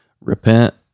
repent